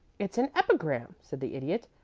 it's an epigram, said the idiot.